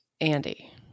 Andy